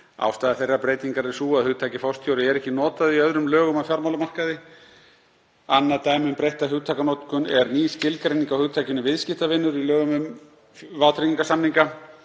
Ástæða þeirrar breytingar er sú að hugtakið forstjóri er ekki notað í öðrum lögum á fjármálamarkaði. Annað dæmi um breytta hugtakanotkun er ný skilgreining á hugtakinu viðskiptavinur í lögum um vátryggingarsamninga